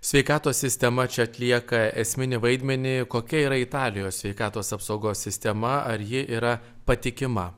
sveikatos sistema čia atlieka esminį vaidmenį kokia yra italijos sveikatos apsaugos sistema ar ji yra patikima